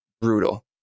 Brutal